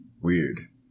Weird